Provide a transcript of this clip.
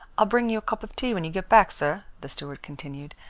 i'll bring you a cup of tea when you get back, sir, the steward continued.